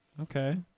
Okay